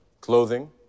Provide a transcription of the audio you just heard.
clothing